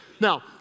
Now